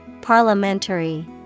Parliamentary